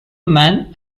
man